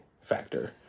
factor